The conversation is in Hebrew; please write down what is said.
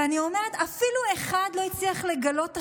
ואני אומרת, אפילו אחד לא הצליח לגלות אחריות,